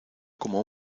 como